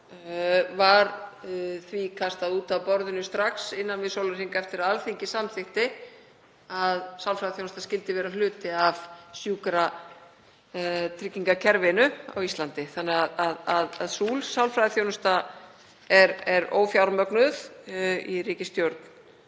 var auðvitað kastað út af borðinu strax, innan við sólarhring eftir að Alþingi samþykkti að sálfræðiþjónusta skyldi vera hluti af sjúkratryggingakerfinu á Íslandi. Sú sálfræðiþjónusta er því ófjármögnuð í ríkisstjórn